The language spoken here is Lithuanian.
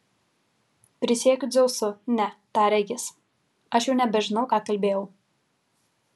prisiekiu dzeusu ne tarė jis aš jau nebežinau ką kalbėjau